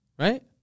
Right